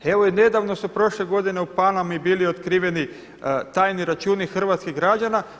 Evo i nedavno se prošle godine u Panami bili otkriveni tajni računi hrvatskih građana.